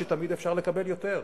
תמיד אפשר לקבל יותר,